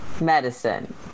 medicine